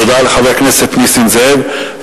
תודה לחבר הכנסת נסים זאב.